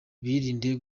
birinda